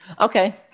Okay